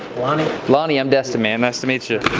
lonnie lonnie, i'm destin, man nice to meet you.